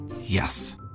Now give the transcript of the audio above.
Yes